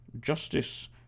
justice